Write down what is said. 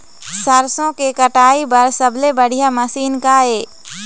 सरसों के कटाई बर सबले बढ़िया मशीन का ये?